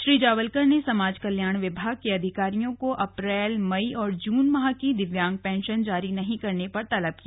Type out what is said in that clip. श्री जावलकर ने समाज कल्याण विभाग के अधिकारियों को अप्रैल मई और जून माह की दिव्यांग पेंशन जारी नहीं करने पर तलब किया